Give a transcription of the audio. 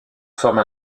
forme